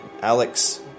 Alex